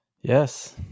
Yes